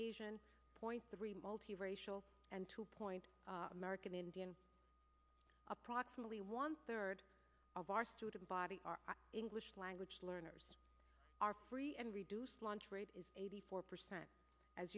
asian point three multi racial and two point american indian approximately one third of our student body are english language learners are free and reduced lunch rate is eighty four percent as